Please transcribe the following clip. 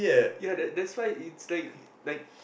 ya that's that's why it's like like